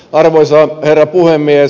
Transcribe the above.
arvoisa herra puhemies